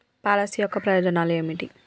Policy యొక్క ప్రయోజనాలు ఏమిటి?